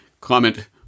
comment